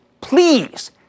please